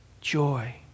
Joy